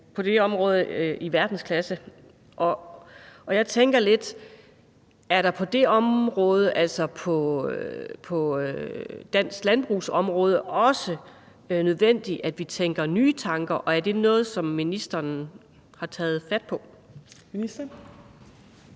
på det område i verdensklasse, og jeg tænker lidt: Er det på det område, altså på dansk landbrugsområde, også nødvendigt, at vi tænker nye tanker, og er det noget, som ministeren har taget fat på? Kl.